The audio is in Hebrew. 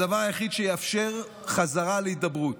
הדבר היחיד שיאפשר חזרה להידברות,